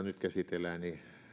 nyt käsitellään